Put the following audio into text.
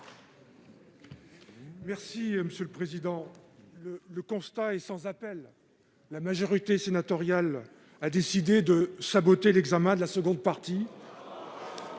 de vote sur l'article. Le constat est sans appel : la majorité sénatoriale a décidé de saboter l'examen de la seconde partie